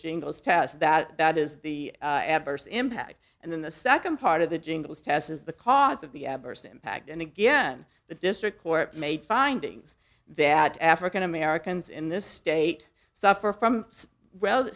jingoes test that is the adverse impact and then the second part of the jingles test is the cause of the adverse impact and again the district court made findings that african americans in this state suffer from